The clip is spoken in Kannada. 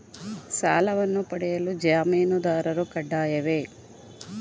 ಸಾಲವನ್ನು ಪಡೆಯಲು ಜಾಮೀನುದಾರರು ಕಡ್ಡಾಯವೇ?